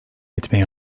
etmeye